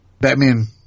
Batman